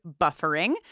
buffering